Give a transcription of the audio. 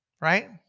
right